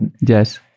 Yes